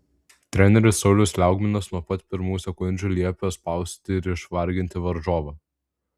treneris saulius liaugminas nuo pat pirmų sekundžių liepė spausti ir išvarginti varžovą